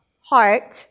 heart